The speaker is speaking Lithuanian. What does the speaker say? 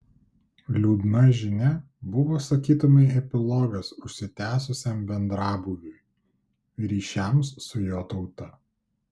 liūdna žinia buvo sakytumei epilogas užsitęsusiam bendrabūviui ryšiams su jo tauta